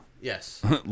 yes